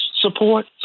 support